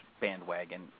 bandwagon